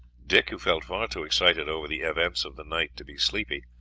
dick, who felt far too excited over the events of the night to be sleepy,